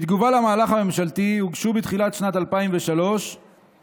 בתגובה למהלך הממשלתי הוגשו בתחילת שנת 2003 כמה